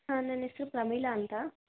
ಹಾಂ ನನ್ನ ಹೆಸ್ರು ಪ್ರಮೀಳ ಅಂತ